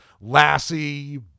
Lassie